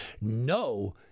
No